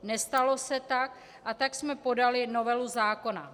Nestalo se tak, a tak jsme podali novelu zákona.